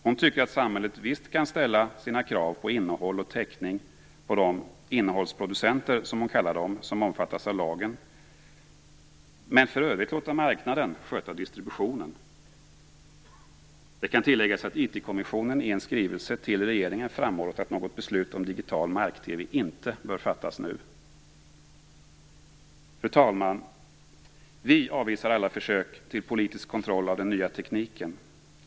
Hon tycker att samhället visst kan ställa sina krav på innehåll och täckning på de "innehållsproducenter", som hon kallar dem, vilka omfattas av lagen, men för övrigt låta marknaden sköta distributionen. Det kan tilläggas att IT kommissionen i en skrivelse till regeringen framhållit att något beslut om digital mark-TV inte bör fattas nu. Fru talman! Vi avvisar alla försök till politisk kontroll av den nya tekniken.